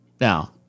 Now